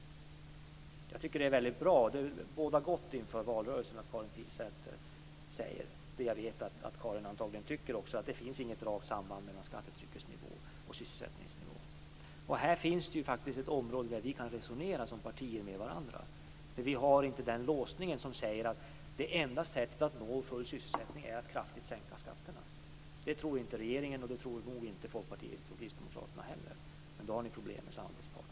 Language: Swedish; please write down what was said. Jag tycker att det är väldigt bra - och det bådar gott inför valrörelsen - att Karin Pilsäter säger att det inte finns något rakt samband mellan skattetryckets nivå och sysselsättningsnivån. Här är ett område där vi som partier kan resonera med varandra. Det finns ingen låsning som gör att vi hävdar att det enda sättet att nå full sysselsättning är att kraftigt sänka skatterna. Det tror inte regeringen, och det tror nog inte Folkpartiet och Kristdemokraterna heller. Men ni har problem med samarbetspartnern.